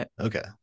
Okay